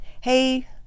Hey